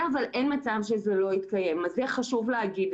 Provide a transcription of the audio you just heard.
אבל אין מצב שזה לא יתקיים ואת זה חשוב לומר.